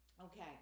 Okay